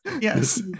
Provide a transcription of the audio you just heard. Yes